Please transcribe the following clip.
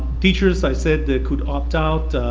teachers i said could opt-out.